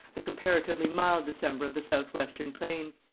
the comparatively mild december of the south-western plains.